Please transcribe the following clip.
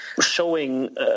showing